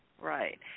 right